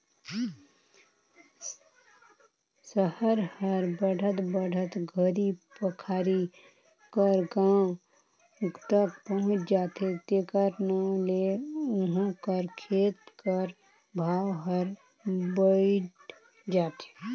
सहर हर बढ़त बढ़त घरी पखारी कर गाँव तक पहुंच जाथे तेकर नांव ले उहों कर खेत कर भाव हर बइढ़ जाथे